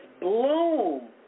bloom